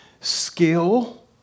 skill